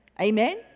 Amen